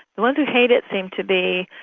the ones who hate it seem to be.